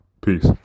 Peace